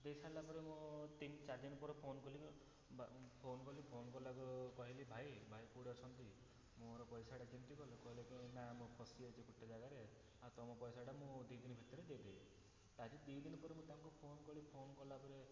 ଦେଇସାରିଲା ପରେ ମୁଁ ତିନି ଚାରିଦିନି ପରେ ଫୋନ୍ କଲି କି ବା ଫୋନ୍ କଲି ଫୋନ୍ କଲାରୁ କହିଲି ଭାଇ ଭାଇ କେଉଁଠି ଅଛନ୍ତି ମୋର ପଇସାଟା କେମିତି ଗଲେ କହିଲେ କି ନାଁ ମୁଁ ଫସିଯାଇଛି ଗୋଟେ ଜାଗାରେ ଆଉ ତୁମ ପଇସାଟା ମୁଁ ଦୁଇଦିନ ଭିତରେ ଦେଇଦେବି ତାରେ ଦୁଇଦିନ ପରେ ମୁଁ ତାଙ୍କୁ ଫୋନ୍ କଲି ଫୋନ୍ କଲାପରେ